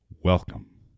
Welcome